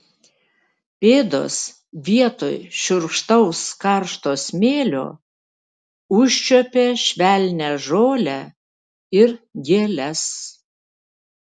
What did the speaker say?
pėdos vietoj šiurkštaus karšto smėlio užčiuopė švelnią žolę ir gėles